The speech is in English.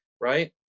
right